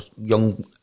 young